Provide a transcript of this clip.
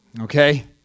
Okay